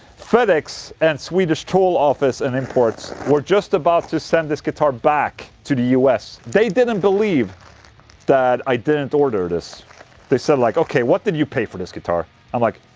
fedex and swedish toll office and imports were just about to send this guitar back to the us they didn't believe that i didn't order this they said like ok, what did you pay for this guitar i'm like.